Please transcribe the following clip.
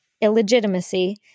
illegitimacy